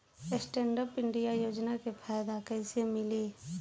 Stand up India योजना के फायदा कैसे मिली?